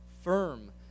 firm